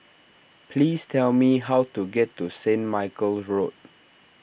please tell me how to get to Saint Michael's Road